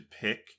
pick